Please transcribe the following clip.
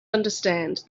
understand